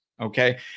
Okay